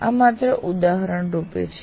આ માત્ર ઉદાહરણ રૂપે છે